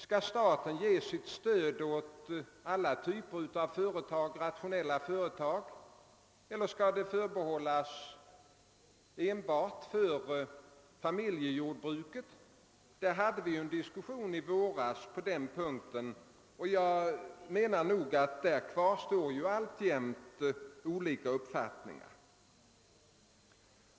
Skall staten ge sitt stöd åt alla typer av rationella företag eller skall det stödet förbehållas familjejordbruket? Det hade vi en diskussion om i våras. Jag anser nog att det på denna punkt kvarstår vissa olikheter i uppfattningarna.